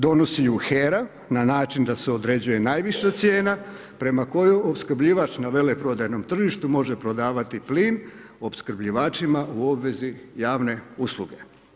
Donosi ju HERA na način da se određuje najviša cijena prema kojoj opskrbljivač na veleprodajnom tržištu može prodavati plin opskrbljivačima u obvezi javne usluge.